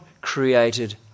created